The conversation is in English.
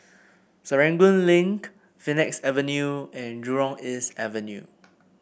Serangoon Link Phoenix Avenue and Jurong East Avenue